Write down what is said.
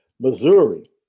Missouri